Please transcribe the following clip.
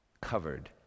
covered